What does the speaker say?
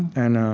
and